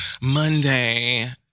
Monday